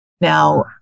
now